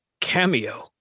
cameo